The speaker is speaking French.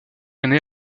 aîné